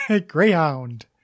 Greyhound